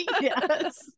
Yes